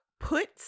put